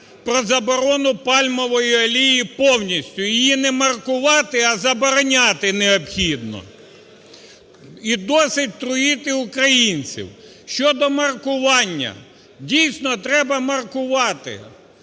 про заборону пальмової олії повністю. Її не маркувати, а забороняти необхідно. І досить труїти українців. Щодо маркування. Дійсно, треба маркувати.